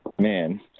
man